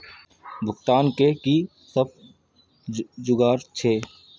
भुगतान के कि सब जुगार छे?